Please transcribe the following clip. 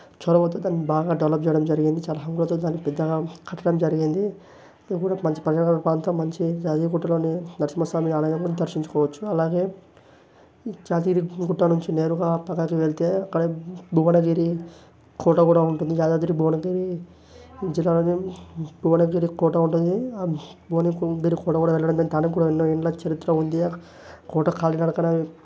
చూడబోతే దాన్ని బాగా డెవలప్ చేయడం జరిగింది చాలా హంగులతో దాన్ని పెద్దగా కట్టడం జరిగింది ఇది కూడా మంచి పర్యాటక ప్రాంతం మంచి యాదగిరిగుట్టలోని నరసింహస్వామి ఆలయం కూడా దర్శించుకోవచ్చు అలాగే యాదగిరిగుట్ట నుంచి నేరుగా పాదాద్రి వెళ్తే అక్కడ భువనగిరి కోట కూడా ఉంటుంది యాదాద్రి కోటకి ఇజ్రాయిమ్ భువనగిరి కోట కూడా ఉంటుంది భువనగిరి కోటకి కూడా వెళ్లడం దానికి కూడా ఎన్నో ఏళ్ళ చరిత్ర ఉంది కోట కాలినడకన